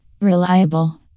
Reliable